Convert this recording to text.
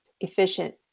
efficient